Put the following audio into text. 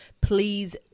please